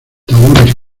tahúres